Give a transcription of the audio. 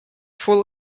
full